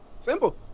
Simple